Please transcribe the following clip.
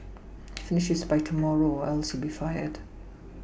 finish this by tomorrow or else you'll be fired